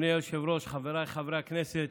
אדוני היושב-ראש, חבריי חברי הכנסת,